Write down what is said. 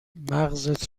مغزت